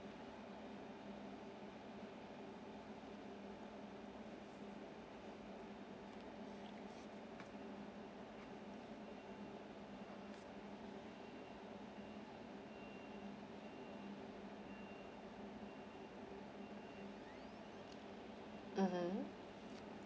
mmhmm